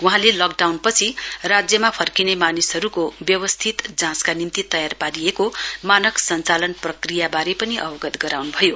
वहाँले लकडाउनपछि राज्यमा फर्किने मानिसहरूको व्यवस्थित जाँचका निम्ति तयार पारिएको मानक सञ्चालन प्रक्रियाबारे पनि अवगत गराउनुभयो